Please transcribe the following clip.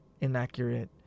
inaccurate